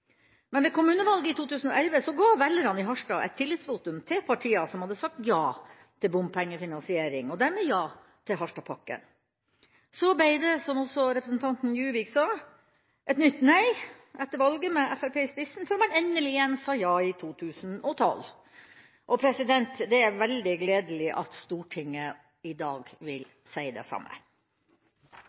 Men ved kommunevalget i 2011 ga velgerne i Harstad et tillitsvotum til partier som hadde sagt ja til bompengefinansiering og dermed ja til Harstad-pakken. Så ble det, som også representanten Juvik sa, et nytt nei etter valget – med Fremskrittspartiet i spissen – før man endelig igjen sa ja i 2012. Det er veldig gledelig at Stortinget i dag vil si det samme.